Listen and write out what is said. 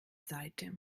seite